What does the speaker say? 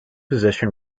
position